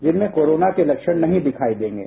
जिनमें कोरोना के लक्षण नहीं दिखाई देंगे